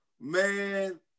man